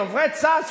דוברי צה"ל,